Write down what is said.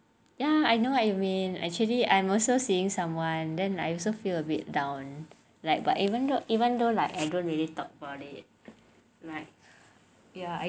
ya I know what you mean actually I'm also seeing someone then I also feel a bit down like but even though even though like I don't really talk about it like ya I do worry about like what what I'm whether I'm doing enough at the moment kind of thing ya so I think is understandable what you feel I've totally get it ya